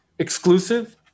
Exclusive